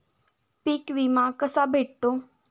पीक विमा कसा भेटतो?